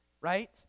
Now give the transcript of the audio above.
right